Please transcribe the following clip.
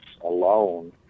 alone